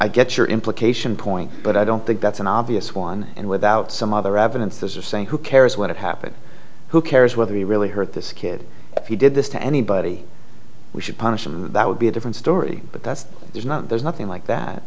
get your implication point but i don't think that's an obvious one and without some other evidence those are saying who cares what happened who cares whether he really hurt this kid if you did this to anybody we should punish him that would be a different story but that's not there's nothing like that